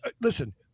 listen